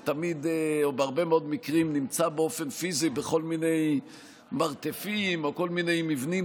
או בהרבה מאוד מקרים נמצא באופן פיזי בכל מיני מרתפים או כל מיני מבנים,